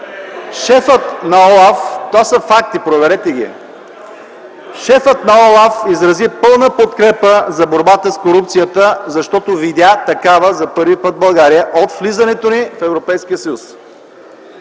от КБ и ДПС.) Това са факти – проверете ги. Шефът на ОЛАФ изрази пълна подкрепа за борбата с корупцията, защото видя такава за първи път в България от влизането ни в Европейския съюз.